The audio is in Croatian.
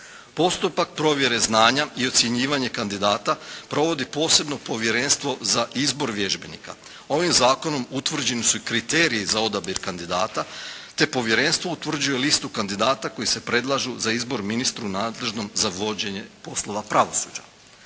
Postupak provjere znanja i ocjenjivanje kandidata, provodi posebno povjerenstvo za izbor vježbenika. Ovim zakonom utvrđeni su i kriteriji za odabir kandidata, te povjerenstvo utvrđuje listu kandidata koji se predlažu za izbor ministru nadležnom za vođenje poslova pravosuđa.